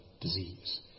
disease